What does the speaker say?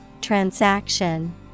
Transaction